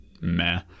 meh